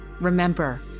Remember